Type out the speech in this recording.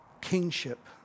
kingship